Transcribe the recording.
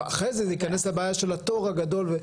אחרי זה ייכנס לבעיה של התור הגדול.